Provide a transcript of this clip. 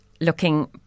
looking